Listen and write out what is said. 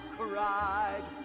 cried